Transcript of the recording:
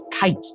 kite